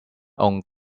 own